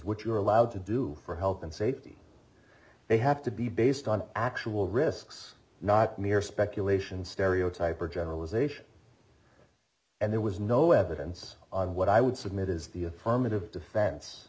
which you're allowed to do for health and safety they have to be based on actual risks not mere speculation stereotype or generalization and there was no evidence on what i would submit is the affirmative defen